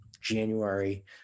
January